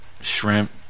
Shrimp